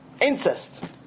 Incest